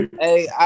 Hey